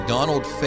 Donald